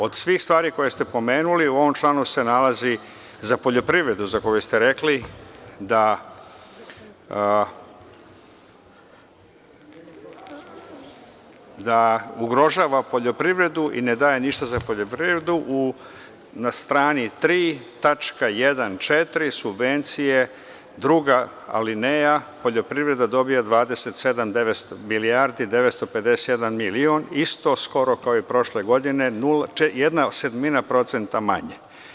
Od svih stvari koje ste pomenuli, u ovom članu se nalazi, za poljoprivredu, da ugrožava poljoprivredu i ne daje ništa za poljoprivredu, na strani 3, tačka 1.4. – subvencije, druga alineja, poljoprivreda dobija 27.951.000.000, isto kao i prošle godine, jedna sedmina procenta manje.